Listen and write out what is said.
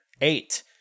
eight